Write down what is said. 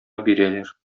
бирәләр